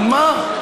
על מה?